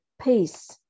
peace